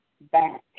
back